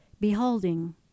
beholding